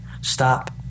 stop